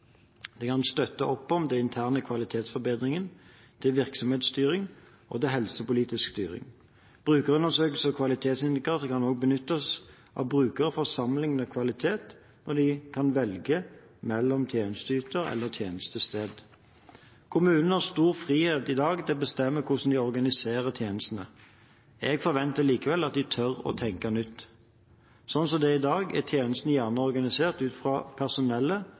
kan støtte opp om intern kvalitetsforbedring, virksomhetsstyring og helsepolitisk styring. Brukerundersøkelser og kvalitetsindikatorer kan også benyttes av brukere for å sammenligne kvalitet ved valg av tjenesteyter eller tjenestested. Kommunene har i dag stor frihet til å bestemme hvordan de organiserer tjenestene. Jeg forventer likevel at de tør å tenke nytt. Slik det er i dag, er tjenestene gjerne organisert ut fra